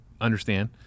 understand